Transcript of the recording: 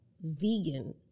vegan